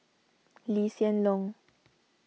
Lee Hsien Loong